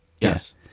Yes